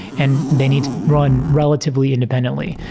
and they need to run re latively independently.